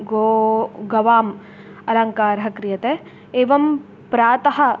गो गवाम् अलङ्कारः क्रियते एवं प्रातः